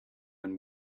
and